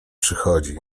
przychodzi